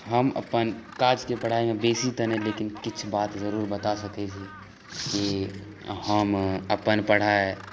हम अपन काज के पढाइमे बेसी तऽ नहि लेकिन किछु बात जरुर बता सकै छी कि हम अपन पढ़ाइ